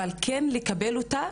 אבל כן לקבל אותה,